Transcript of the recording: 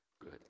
Good